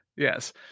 Yes